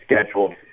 scheduled